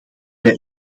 wij